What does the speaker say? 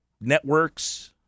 networks